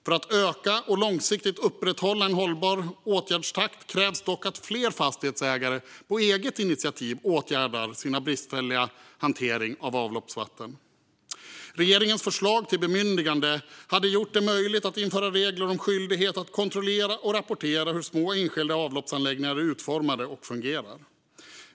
För att öka och långsiktigt upprätthålla en hållbar åtgärdstakt krävs dock att fler fastighetsägare på eget initiativ åtgärdar sin bristfälliga hantering av avloppsvatten. Regeringens förslag till bemyndigande hade gjort det möjligt att införa regler om skyldighet att kontrollera och rapportera hur små enskilda avloppsanläggningar är utformade och fungerar.